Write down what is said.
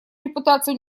репутацию